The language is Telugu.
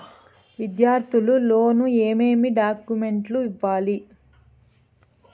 విద్యార్థులు లోను ఏమేమి డాక్యుమెంట్లు ఇవ్వాలి?